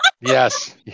Yes